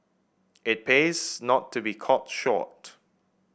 it pays not to be caught short